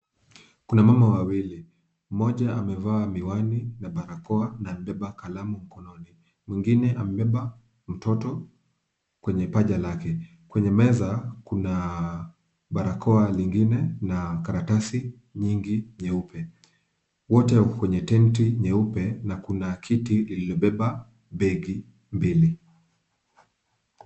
Kuna mama wawili. Mmoja amevaa miwani na barakoa na amebeba kalamu mkononi. Mwingine amebeba mtoto kwenye paja lake. Kwenye meza kuna barakoa lingine na karatasi nyingi nyeupe. Wote wako kwenye tenti nyeupe na kuna kiti lililobeba begi mbili.